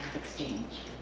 exchange.